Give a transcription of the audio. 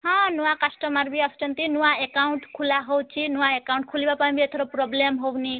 ହଁ ନୂଆ କଷ୍ଟମର୍ ବି ଆସୁଛନ୍ତି ନୂଆ ଏକାଉଣ୍ଟ ଖୋଲା ହେଉଛି ନୂଆ ଏକାଉଣ୍ଟ ଖୋଲିବା ପାଇଁ ବି ଏଥର ପ୍ରୋବ୍ଲେମ୍ ହେଉନି